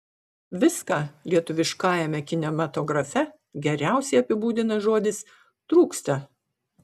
viską lietuviškajame kinematografe geriausiai apibūdina žodis trūksta